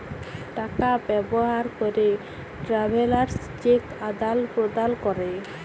টাকা ব্যবহার ক্যরে ট্রাভেলার্স চেক আদাল প্রদালে ক্যরে